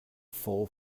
full